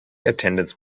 attendance